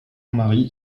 marie